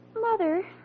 Mother